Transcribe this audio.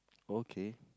okay